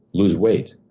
lose weight,